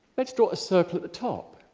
let's draw a circle at the top.